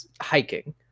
hiking